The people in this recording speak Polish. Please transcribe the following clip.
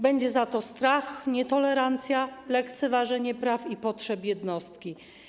Będzie za to strach, nietolerancja, lekceważenie praw i potrzeb jednostki.